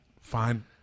Fine